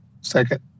Second